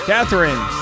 Catherine